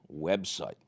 website